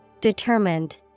Determined